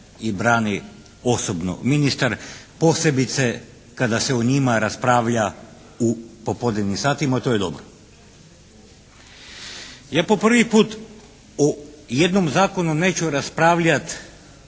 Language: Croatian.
i brani osobno ministar posebice kada se o njima raspravlja u popodnevnim satima. To je dobro. Ja po prvi put o jednom zakonu neću raspravljati